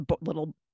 little